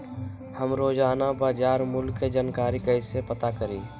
हम रोजाना बाजार मूल्य के जानकारी कईसे पता करी?